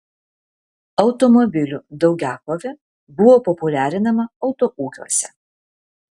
automobilių daugiakovė buvo populiarinama autoūkiuose